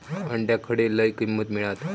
अंड्याक खडे लय किंमत मिळात?